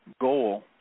goal